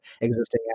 existing